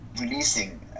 releasing